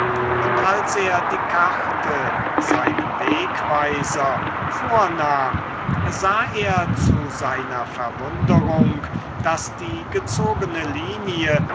und als er die karte seinen wegweiser vornahm sah er zu seiner verwunderung daß die gezogene linie